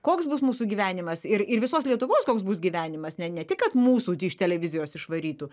koks bus mūsų gyvenimas ir ir visos lietuvos koks bus gyvenimas ne ne tik kad mūsų iš televizijos išvarytų